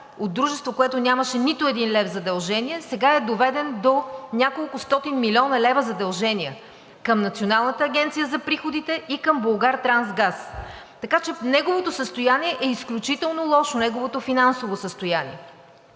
от дружество, което нямаше нито един лев задължение, сега е доведен до няколкостотин милиона лева задължения към Националната агенция по приходите и към „Булгартрансгаз“, така че неговото финансово състояние е изключително лошо. Затова искам да